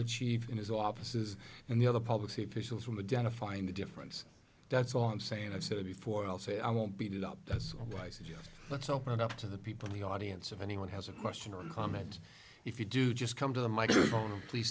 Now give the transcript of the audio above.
the chief in his offices and the other public see fishel from the down to find the difference that's all i'm saying i said it before i'll say i won't beat it up that's why i said yes let's open up to the people in the audience if anyone has a question or comment if you do just come to the microphone p